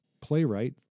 playwright